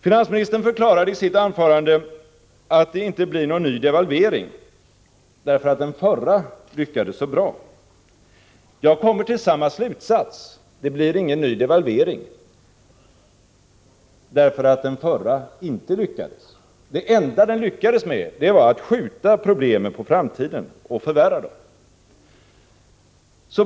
Finansministern förklarade i sitt anförande att det inte blir någon ny devalvering därför att den förra lyckades så bra. Jag kommer till samma slutsats: Det blir ingen ny devalvering — men därför att den förra inte lyckades! Det enda den lyckades med var att skjuta problemen på framtiden och förvärra dem.